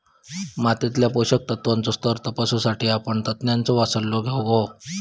मातीतल्या पोषक तत्त्वांचो स्तर तपासुसाठी आपण तज्ञांचो सल्लो घेउक हवो